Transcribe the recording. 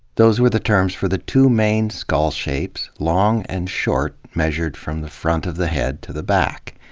those were the terms for the two main skull shapes long and short, measured from the front of the head to the back.